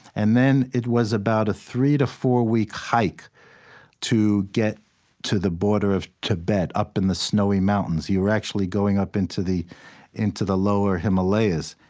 and then it was about a three to four-week hike to get to the border of tibet, up in the snowy mountains. you were actually going up into the into the lower himalayas.